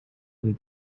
and